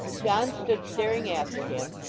john stood staring after him,